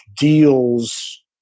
deals